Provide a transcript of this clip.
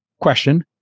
question